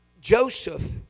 Joseph